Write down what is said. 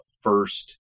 first